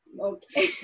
Okay